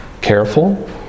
careful